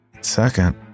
Second